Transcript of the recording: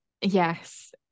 Yes